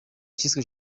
cyiswe